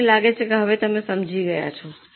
મને લાગે છે કે તમે સમજી ગયા છો